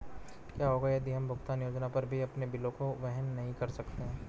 क्या होगा यदि हम भुगतान योजना पर भी अपने बिलों को वहन नहीं कर सकते हैं?